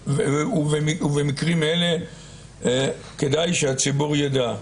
ובמקרים אלה כדאי שהציבור ידע: